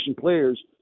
players